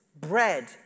bread